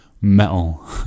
metal